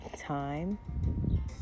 time